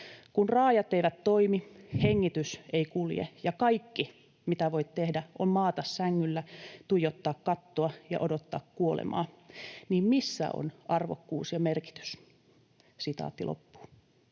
Kun raajat eivät toimi, hengitys ei kulje, ja kaikki, mitä voit tehdä, on maata sängyllä, tuijottaa kattoa ja odottaa kuolemaa, niin missä on arvokkuus ja merkitys?” Jos